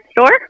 store